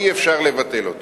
אי-אפשר לבטל.